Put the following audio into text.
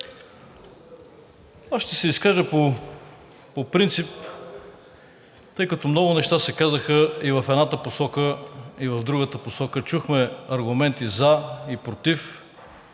Аз ще се изкажа по принцип, тъй като много неща се казаха и в едната посока, и в другата посока. Чухме аргументи за и против.